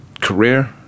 career